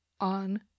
on